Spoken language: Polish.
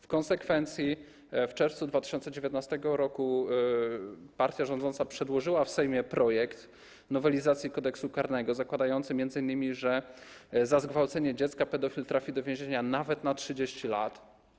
W konsekwencji w czerwcu 2019 r. partia rządząca przedłożyła w Sejmie projekt nowelizacji Kodeksu karnego zakładający m.in., że za zgwałcenie dziecka pedofil trafi do więzienia nawet na 30 lat.